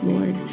Lord